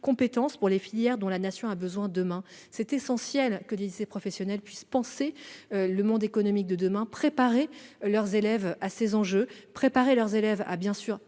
compétences pour les filières dont la Nation aura besoin demain. Il est essentiel que les lycées professionnels puissent penser le monde économique de demain et préparer leurs élèves à ces enjeux. Ces élèves doivent